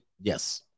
yes